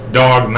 dog